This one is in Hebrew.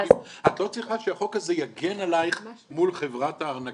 צריכה שהחוק הזה יגן עליך מול חברת הארנקים.